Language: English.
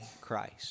Christ